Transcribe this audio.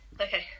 Okay